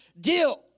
deal